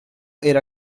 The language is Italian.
era